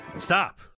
stop